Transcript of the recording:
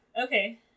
Okay